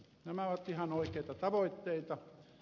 nämä ovat ihan oikeita tavoitteita